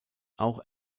auch